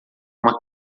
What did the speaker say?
uma